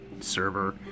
server